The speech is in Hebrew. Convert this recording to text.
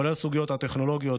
כולל הסוגיות הטכנולוגיות,